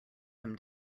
him